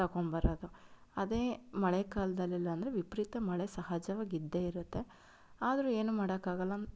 ತೊಗೊಂಬರೋದು ಅದೇ ಮಳೆಗಾಲದಲ್ಲೆಲ್ಲ ಅಂದರೆ ವಿಪರೀತ ಮಳೆ ಸಹಜವಾಗಿದ್ದೇ ಇರುತ್ತೆ ಆದರೂ ಏನೂ ಮಾಡಕ್ಕೆ ಆಗಲ್ಲ